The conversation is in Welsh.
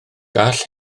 gall